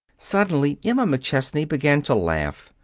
suddenly emma mcchesney began to laugh.